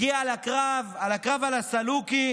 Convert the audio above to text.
הגיע לקרב, הקרב על הסלוקי,